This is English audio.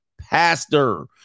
pastor